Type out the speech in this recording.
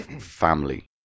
family